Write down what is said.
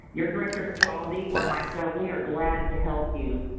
your director of quality or myself, we are glad to help you.